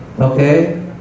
Okay